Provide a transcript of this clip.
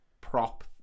prop